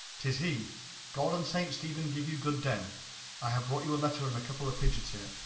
tis he god and saint stephen give you godden. i have brought you a letter and a couple of pigeons here.